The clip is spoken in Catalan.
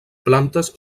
plantes